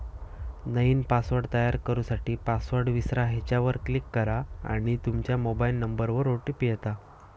नईन पासवर्ड तयार करू साठी, पासवर्ड विसरा ह्येच्यावर क्लीक करा आणि तूमच्या मोबाइल नंबरवर ओ.टी.पी येता